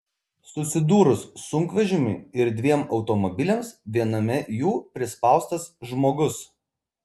susidūrus sunkvežimiui ir dviem automobiliams viename jų prispaustas žmogus